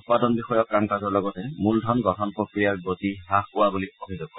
উৎপাদন বিষয়ক কাম কাজৰ লগতে মূলধন গঠন প্ৰক্ৰিয়াৰ গতি হ্ৰাস পোৱা বুলি অভিযোগ কৰে